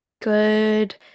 good